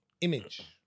image